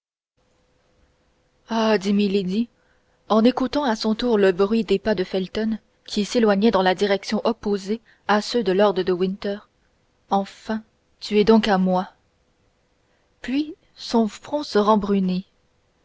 l'appartement ah dit milady en écoutant à son tour le bruit des pas de felton qui s'éloignaient dans la direction opposée à ceux de lord de winter enfin tu es donc à moi puis son front se rembrunit